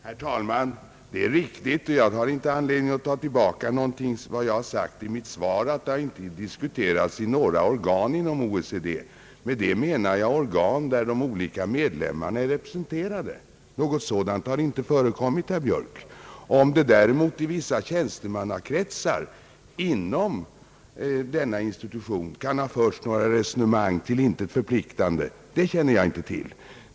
Herr talman! Det är riktigt — och jag har inte anledning att ta tillbaka någonting av vad jag sagt i mitt svar — att denna fråga inte har diskuterats i några organ inom OECD. Med detta menar jag organ, där de olika medlemmarna är representerade. Någonting sådant har inte förekommit, herr Björk. Om det däremot i vissa tjänstemannakretsar inom denna institution kan ha förts några till intet förpliktande resonemang, känner jag inte till.